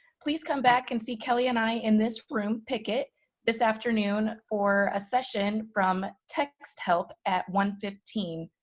please come back and see kelli and i in this room picket this afternoon for a session from text help at one fifteen.